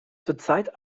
zurzeit